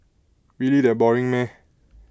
really that boring meh